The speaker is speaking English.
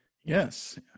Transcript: yes